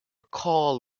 carl